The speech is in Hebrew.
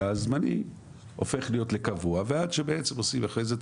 והזמני הופך להיות לקבוע ועד שעושים בעצם את